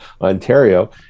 Ontario